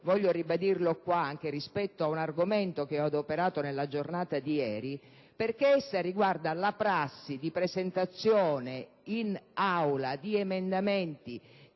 (voglio ribadirlo in questa sede, anche rispetto ad un argomento che ho adoperato nella giornata di ieri), perché essa riguarda la prassi di presentazione in Aula di emendamenti